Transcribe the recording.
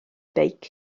beic